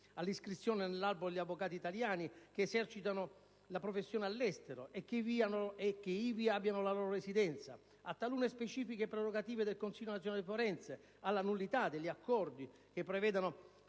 all'iscrizione all'albo degli avvocati italiani, che esercitano la professione all'estero e che ivi hanno la loro residenza; a talune specifiche prerogative del Consiglio nazionale forense; alla nullità degli accordi che prevedano